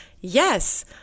yes